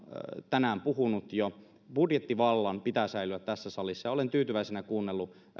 tänään puhunut jo budjettivallan pitää säilyä tässä salissa olen tyytyväisenä kuunnellut